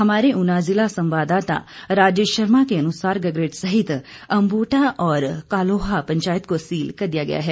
हमारे ऊना जिला संवाददाता राजेश शर्मा के अनुसार गगरेट सहित अम्बोटा और कालोहा पंचायतों को सील कर दिया है